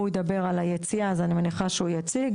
הוא ידבר על היציאה אז אני מניחה שהוא יציג.